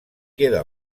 queda